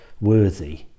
worthy